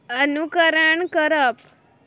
अनुकरण करप